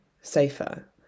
safer